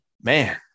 man